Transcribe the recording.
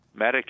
Medicaid